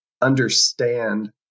understand